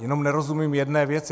Jenom nerozumím jedné věci.